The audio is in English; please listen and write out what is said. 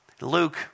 Luke